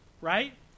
right